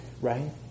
Right